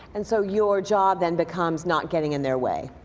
and so your job then becomes not getting in their way.